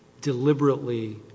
deliberately